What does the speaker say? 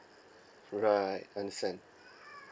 right understand